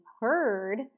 heard